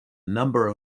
number